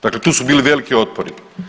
Dakle, tu su bili veliki otpori.